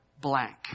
blank